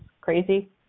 crazy